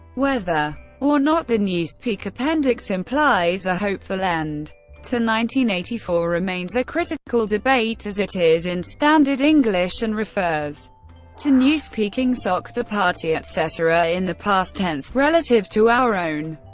whether or not the newspeak appendix implies a hopeful end to nineteen eighty-four remains a critical debate, as it is in standard english and refers to newspeak, ingsoc, the party etc. in the past tense relative to our own,